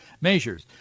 measures